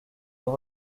dans